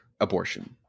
abortion